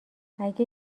اگه